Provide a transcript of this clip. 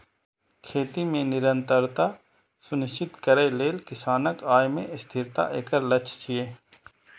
खेती मे निरंतरता सुनिश्चित करै लेल किसानक आय मे स्थिरता एकर लक्ष्य छियै